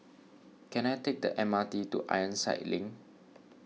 can I take the M R T to Ironside Link